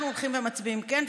אנחנו הולכים ומצביעים, כן.